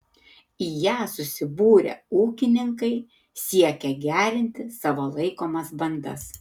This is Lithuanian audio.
į ją susibūrę ūkininkai siekia gerinti savo laikomas bandas